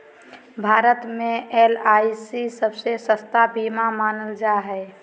भारत मे एल.आई.सी सबसे सस्ता बीमा मानल जा हय